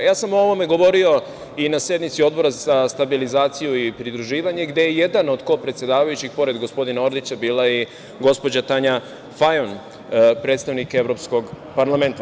Ja sam o ovome govorio i na sednici Odbora za stabilizaciju i pridruživanje, gde je jedan od kopredsedavajućih, pored gospodina Orlića, bila i gospođa Tanja Fajon, predstavnik Evropskog parlamenta.